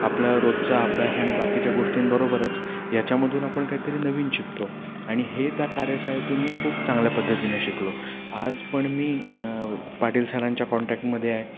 आपला रोजचा अभ्यास आणि बाकीच्या गोष्टींबरोबरच याच्यामधून आपण कायतरी नवीन शिकतो आणि हे त्या कार्यशाळेतून मी खूप चांगल्या पद्धतीनं शिकलो आज पण मी पाटील सालांच्या कॉन्टॅक्टमध्ये आहे